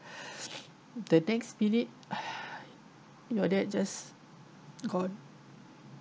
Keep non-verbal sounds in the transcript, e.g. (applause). (noise) the next minute (noise) your dad just gone